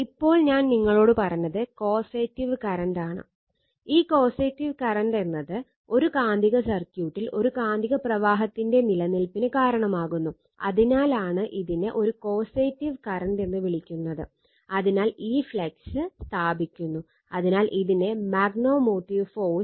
ഇപ്പോൾ ഞാൻ നിങ്ങളോട് പറഞ്ഞത് കോസെറ്റീവ് കറണ്ടാണ് എന്ന് വിളിക്കുന്നു ചിലപ്പോൾ ഇതിനെ mmf എന്നും വിളിക്കുന്നു അതായത് മാഗ്നെറ്റോമോട്ടീവ് ഫോഴ്സ്